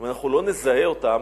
אם אנחנו לא נזהה אותן,